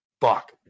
fuck